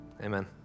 Amen